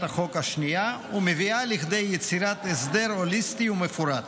החוק השנייה ומביאה לכדי יצירת הסדר הוליסטי ומפורט.